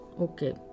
okay